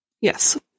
Yes